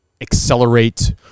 accelerate